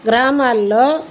గ్రామాల్లో